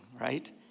right